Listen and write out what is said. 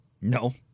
No